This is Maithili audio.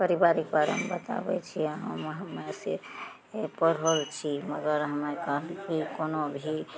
परिवारके बारेमे बताबय छियै हमे हमे से पढ़ल छियै मगर हमे कामके कोनो भी